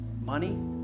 Money